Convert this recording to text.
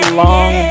long